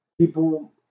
people